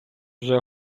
вже